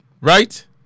Right